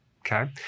Okay